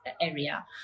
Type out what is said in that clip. area